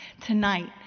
tonight